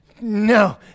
No